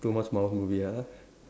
too much Marvel movie ah